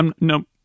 no